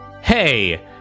hey